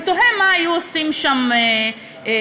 ותוהה מה היו עושים שם השוטרים.